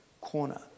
corner